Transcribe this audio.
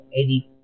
80